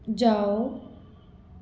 जाओ